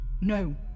No